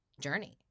journey